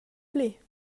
pli